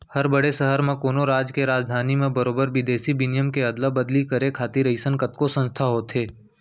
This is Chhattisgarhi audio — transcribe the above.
हर बड़े सहर म, कोनो राज के राजधानी म बरोबर बिदेसी बिनिमय के अदला बदली करे खातिर अइसन कतको संस्था होथे